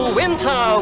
winter